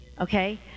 Okay